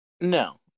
No